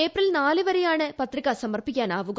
April നാല് വരെയാണ് പത്രിക് ട്സമർപ്പിക്കാനാവുക